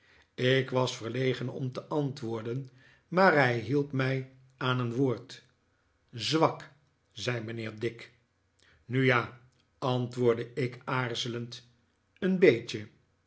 ik was verlegen om te antwoorden maar hij hielp mij aan een woord zwak zei mijnheer dick nu ja antwoordde ik aarzelend een beetje